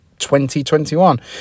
2021